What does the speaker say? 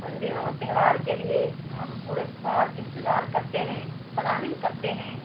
ان دنوں تہوار کے لیے ہم پورے سال انتظار کرتے ہیں پلاننگ کرتے ہیں